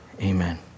Amen